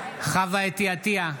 עטייה,